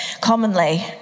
commonly